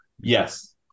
Yes